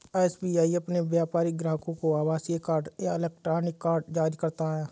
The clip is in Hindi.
एस.बी.आई अपने व्यापारिक ग्राहकों को आभासीय कार्ड या इलेक्ट्रॉनिक कार्ड जारी करता है